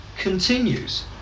continues